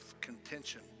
contention